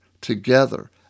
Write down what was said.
together